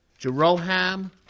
Jeroham